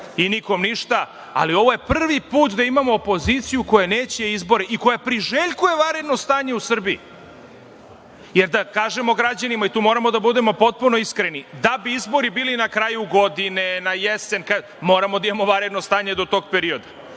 i nikom ništa. Ali, ovo je prvi put da imamo opoziciju koja neće izbore i koja priželjkuje vanredno stanje u Srbiji. Jer, da kažemo građanima, i tu moramo da budemo potpuno iskreni - da bi izbori bili na kraju godine, na jesen, moramo da imamo vanredno stanje do tog perioda,